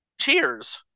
Cheers